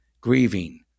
grieving